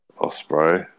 Osprey